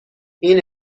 این